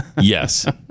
Yes